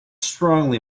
strongly